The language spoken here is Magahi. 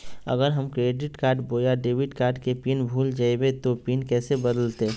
अगर हम क्रेडिट बोया डेबिट कॉर्ड के पिन भूल जइबे तो पिन कैसे बदलते?